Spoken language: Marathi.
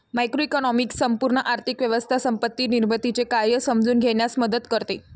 मॅक्रोइकॉनॉमिक्स संपूर्ण आर्थिक व्यवस्था संपत्ती निर्मितीचे कार्य समजून घेण्यास मदत करते